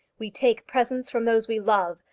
we take presents from those we love,